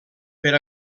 per